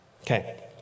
Okay